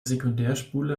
sekundärspule